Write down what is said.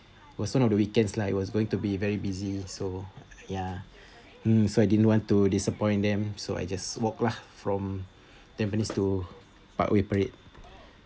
was one of the weekends lah it was going to be very busy so ya so hmm I didn't want to disappoint them so I just walk lah from tampines to parkway parade